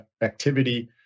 activity